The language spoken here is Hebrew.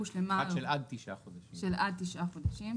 עד 9 חודשים,